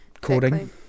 coding